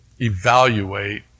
evaluate